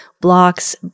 blocks